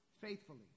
faithfully